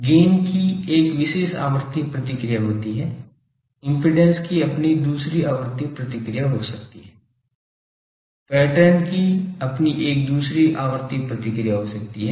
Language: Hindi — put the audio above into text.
गैन की एक विशेष आवृत्ति प्रतिक्रिया होती है इम्पीडेन्स की अपनी दूसरी आवृत्ति प्रतिक्रिया हो सकती है पैटर्न की अपनी एक दूसरी आवृत्ति प्रतिक्रिया हो सकती है